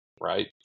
right